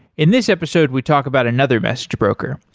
in this episode, we talk about another message broker,